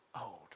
old